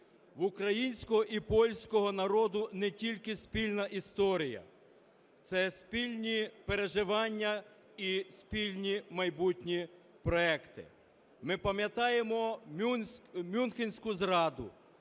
В українського і польського народу не тільки спільна історія, це спільні переживання і спільні майбутні проекти. Ми пам'ятаємо мюнхенську зраду,